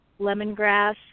lemongrass